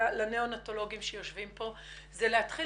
לניאונטולוגים שיושבים כאן היא להתחיל